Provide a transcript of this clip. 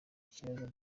ikibazo